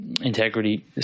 integrity